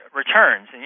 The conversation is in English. returns